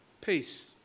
peace